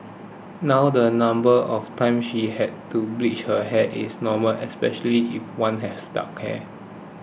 now the number of times she had to bleach her hair is normal especially if one has dark hair